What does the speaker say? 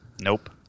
Nope